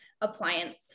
appliance